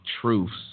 truths